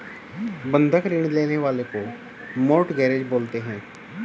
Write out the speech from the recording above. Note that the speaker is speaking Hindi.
बंधक ऋण लेने वाले को मोर्टगेजेर बोलते हैं